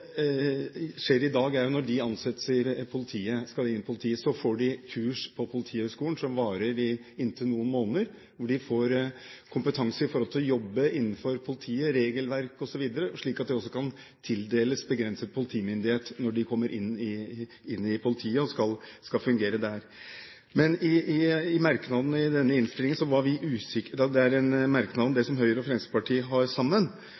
skjer i dag, er at når de skal ansettes i politiet, får de kurs på Politihøgskolen som varer i inntil noen måneder, hvor de får kompetanse på å jobbe innenfor politiet – regelverk osv. – slik at de også kan tildeles begrenset politimyndighet når de kommer inn i politiet og skal fungere der. I forbindelse med en merknad i innstillingen som Høyre og Fremskrittspartiet har sammen, er vi usikre på hva som ligger i det